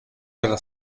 della